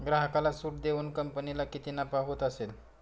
ग्राहकाला सूट देऊन कंपनीला किती नफा होत असेल